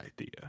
idea